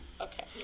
okay